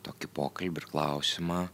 tokį pokalbį ir klausimą